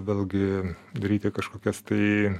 vėlgi daryti kažkokias tai